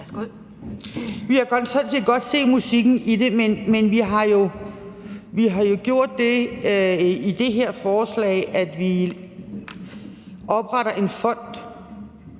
set godt se musikken i det, men vi har jo gjort det i det her forslag, at vi opretter en fond,